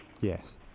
Yes